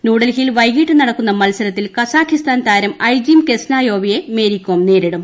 ന്യൂഡൽഹിയിൽ വൈകിട്ട് നടക്കുന്ന മത്സരത്തിൽ കസാഖിസ്ഥാൻ താരം ഐജീം കെസ്നായോവെയെ മേരി കോം നേരിടും